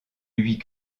huit